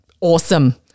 Awesome